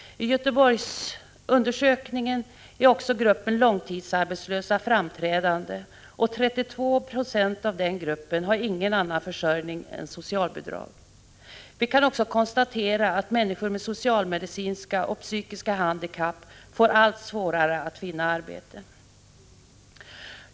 I Göteborgsundersökningen är också gruppen långtidsarbetslösa framträdande, och 32 26 av den gruppen har ingen annan försörjning än socialbidrag. Vi kan också konstatera att människor med socialmedicinska och psykiska handikapp får allt svårare att finna arbete.